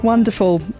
Wonderful